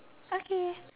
okay